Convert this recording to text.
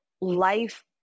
life